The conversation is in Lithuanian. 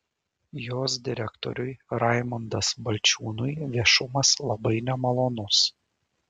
jos direktoriui raimundas balčiūnui viešumas labai nemalonus